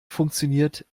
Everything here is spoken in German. funktioniert